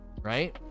right